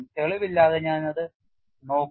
തെളിവില്ലാതെ ഞാൻ അത് നോക്കും